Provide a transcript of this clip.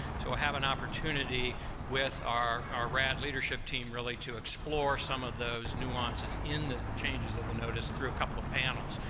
so we'll have an opportunity with our our rad leadership team really to explore some of those nuances in the changes of the notice through a couple of panels.